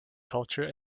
culture